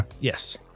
Yes